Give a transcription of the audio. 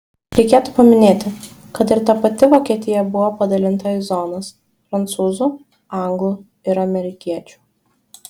reikėtų paminėti kad ir ta pati vokietija buvo padalinta į zonas prancūzų anglų ir amerikiečių